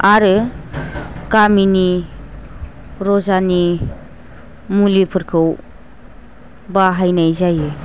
आरो गामिनि रजानि मुलिफोरखौ बाहायनाय जायो